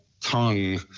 tongue